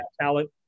talent